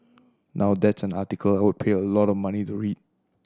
now that's an article I would pay a lot of money to read